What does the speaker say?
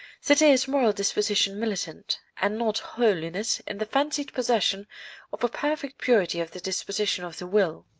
that is, moral disposition militant, and not holiness in the fancied possession of a perfect purity of the disposition of the will.